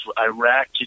Iraq